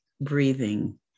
breathing